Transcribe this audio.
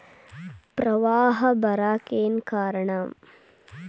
ಪ್ರವಾಹ ಬರಾಕ್ ಏನ್ ಕಾರಣ?